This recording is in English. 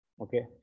Okay